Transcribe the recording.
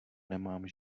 nemám